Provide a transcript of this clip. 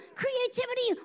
creativity